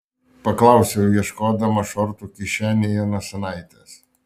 paklausiau ieškodama šortų kišenėje nosinaitės